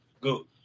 go